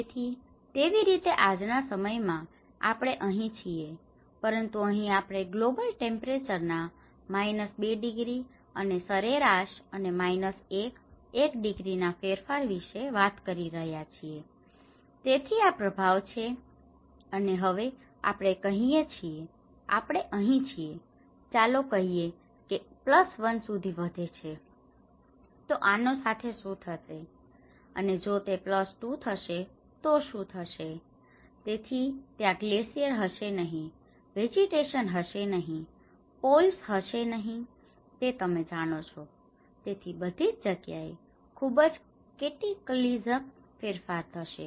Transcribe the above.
તેથી તેવી રીતે આજના સમય માં આપણે અહીં છીએ પરંતુ અહીં આપણે ગ્લોબલ ટેમ્પરેચર ના 2 ડિગ્રી અને સરેરાશ અને 11 ડિગ્રી ના ફેરફાર વિશે વાર કરી રહ્યાં છીએ તેથી આ પ્રભાવ છે અને હવે આપણે અહી છીએ ચાલો કહીએ કે તે 1 સુધી વધે છે તો આનો સાથે શું થશે અને જો તે 2 થશે તો શું થશે તેથી ત્યાં ગ્લેસિયર હશે નહિ વેજીટેશન હશે નહિ પોલ્સ હશે નહિ તે તમે જાણો છો તેથી બધીજ જગ્યાએ ખુબજ કેટીકલીઝમિક ફેરફાર થશે